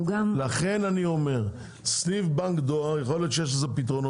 לכן אני אומר שסניף בנק דואר, יכול להיות פתרונות.